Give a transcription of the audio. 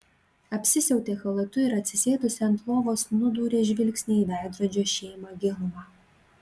apsisiautė chalatu ir atsisėdusi ant lovos nudūrė žvilgsnį į veidrodžio šėmą gilumą